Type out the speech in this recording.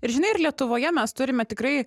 ir žinai ir lietuvoje mes turime tikrai